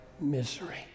misery